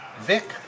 Vic